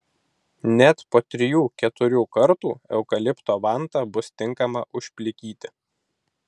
net po trijų keturių kartų eukalipto vanta bus tinkama užplikyti